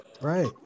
Right